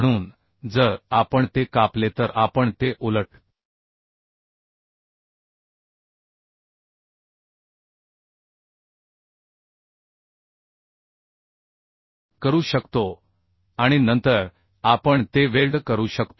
म्हणून जर आपण ते कापले तर आपण ते उलट करू शकतो आणि नंतर आपण ते वेल्ड करू शकतो